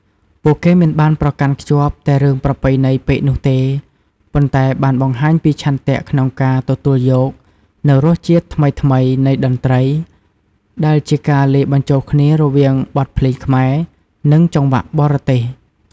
ពួកគេមិនបានប្រកាន់ខ្ជាប់តែរឿងប្រពៃណីពេកនោះទេ ប៉ុន្តែបានបង្ហាញពីឆន្ទៈក្នុងការ ទទួលយកនូវរសជាតិថ្មីៗនៃតន្ត្រី ដែលជាការលាយបញ្ចូលគ្នារវាងបទភ្លេងខ្មែរ និងចង្វាក់បរទេស។